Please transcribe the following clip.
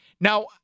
Now